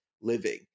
living